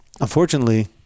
unfortunately